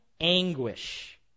anguish